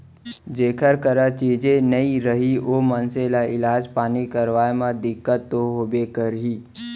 जेकर करा चीजे नइ रही ओ मनसे ल इलाज पानी करवाय म दिक्कत तो होबे करही